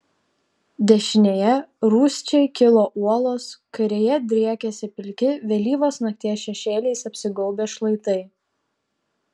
dešinėje rūsčiai kilo uolos kairėje driekėsi pilki vėlyvos nakties šešėliais apsigaubę šlaitai